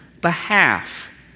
behalf